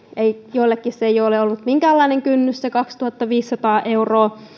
joillekin ei ole ollut minkäänlainen kynnys se kaksituhattaviisisataa euroa